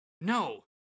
no